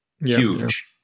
Huge